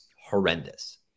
horrendous